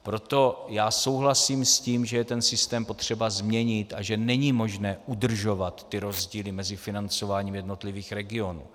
Proto já souhlasím s tím, že ten systém je potřeba změnit a že není možné udržovat ty rozdíly mezi financováním jednotlivých regionů.